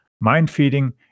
mind-feeding